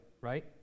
right